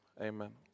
Amen